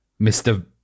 Mr